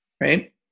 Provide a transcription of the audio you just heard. right